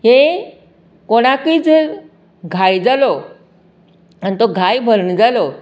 हे कोणाकय जर घाय जालो आनी तो घाय भरना जालो